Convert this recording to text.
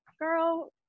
girl